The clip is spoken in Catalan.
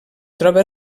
troba